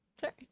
sorry